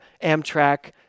Amtrak